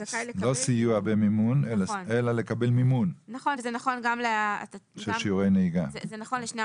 סיוע במימון, אלא לקבל מימון של שיעורי נהיגה.